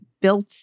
built